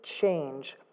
change